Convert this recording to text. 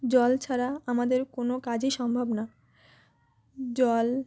জল ছাড়া আমাদের কোনো কাজই সম্ভব না জল